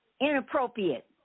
inappropriate